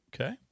Okay